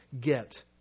get